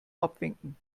abwinken